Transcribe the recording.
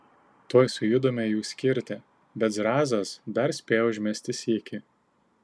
tuoj sujudome jų skirti bet zrazas dar spėjo užmesti sykį